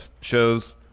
shows